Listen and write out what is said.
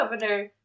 governor